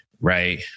right